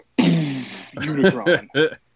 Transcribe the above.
unicron